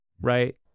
right